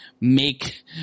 make